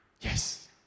Yes